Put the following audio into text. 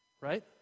right